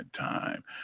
Time